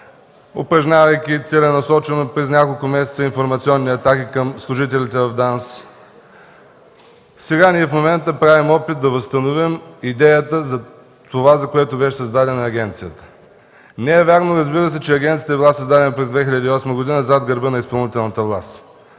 упражнявайки целенасочено през няколко месеца информационни атаки към служителите в ДАНС. В момента ние правим опит да възстановим идеята за това, за което беше създадена агенцията. Не е вярно, разбира се, че агенцията е била създадена през 2008 г. зад гърба на изпълнителната власт.